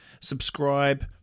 subscribe